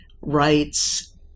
rights